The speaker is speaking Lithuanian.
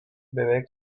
beveik